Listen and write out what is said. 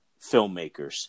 filmmakers